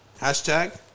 hashtag